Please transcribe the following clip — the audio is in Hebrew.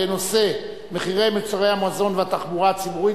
בנושא: מחירי מוצרי המזון והתחבורה הציבורית